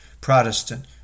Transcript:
Protestant